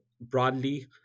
broadly